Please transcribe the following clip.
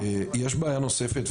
יש בעיה נוספת,